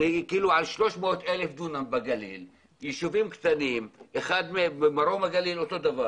על 300 אלף דונם בגליל ובמרום הגליל אותו דבר